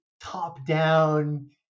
top-down